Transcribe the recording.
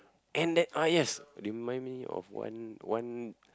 and that uh yes remind me of one one